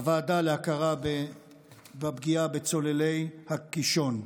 הוועדה להכרה בפגיעה בצוללי הקישון.